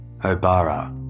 Obara